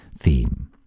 theme